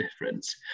difference